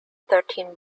thirteen